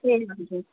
ए हजुर